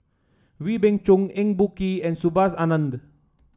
Wee Beng Chong Eng Boh Kee and Subhas Anandan